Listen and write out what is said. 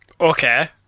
Okay